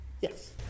Yes